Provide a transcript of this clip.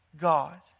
God